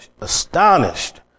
astonished